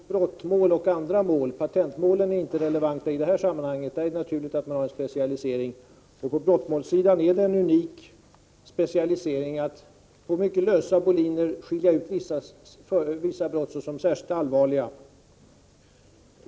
Herr talman! Det är viktigt, Helge Klöver, att vi skiljer på brottmål och andra mål. Patentmålen är inte relevanta i detta sammanhang. När det gäller dem är det naturligt att man har en specialisering. På brottmålssidan är det en unik specialisering att på mycket lösa boliner skilja ut vissa brott såsom särskilt allvarliga.